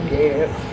yes